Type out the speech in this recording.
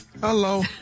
Hello